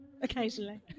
occasionally